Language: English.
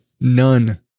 None